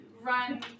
run